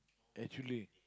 actually